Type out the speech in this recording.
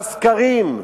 מה הסקרים,